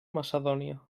macedònia